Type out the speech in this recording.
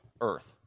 earth